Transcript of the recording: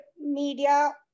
media